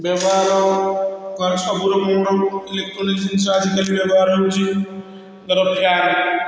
ବ୍ୟବହାର କରିଛ ସବୁ ଲୋକଙ୍କୁ ଇଲେକ୍ଟ୍ରୋନିକ ଜିନିଷ ଆଜିକାଲି ବ୍ୟବହାର ହେଉଛି ଧର ରକ୍ଷା